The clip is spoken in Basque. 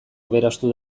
aberastu